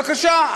בבקשה.